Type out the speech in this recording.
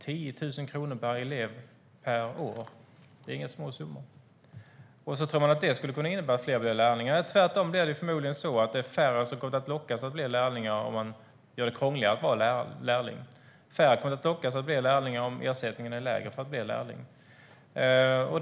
10 000 kronor per elev och år blir inga små summor, och så tror man att det ska innebära att fler blir lärlingar. Förmodligen blir det tvärtom färre som lockas att bli lärlingar om man gör det krångligare att vara det. Färre kommer att lockas att bli lärlingar om ersättningen för att bli det sänks.